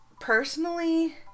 Personally